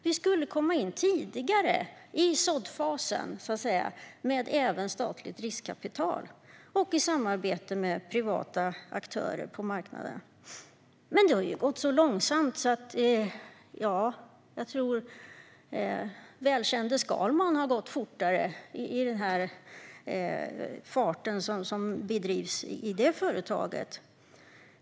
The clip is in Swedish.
Vi skulle komma in tidigare, i såddfasen så att säga, även med statligt riskkapital och i samarbete med privata aktörer på marknaden. Men det har gått så långsamt att den välkände Skalman hade gått fortare än den fart med vilket detta företag drivs.